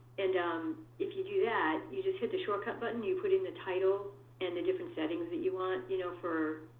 and um if you do that, you just hit the shortcut button, and you put in the title and the different settings that you want you know for